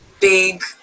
big